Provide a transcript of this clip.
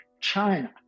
China